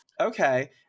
okay